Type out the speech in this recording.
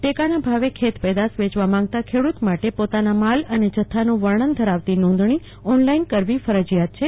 ટેકા ના ભાવે ખેત પેદાશ વેચવા માંગતા ખેડૂત માટે પોતાના માલ અને જથ્થા નુ વર્ણન ધરાવતી નોંધણી ઓનલાઇન કરવી ફરજિયાત છે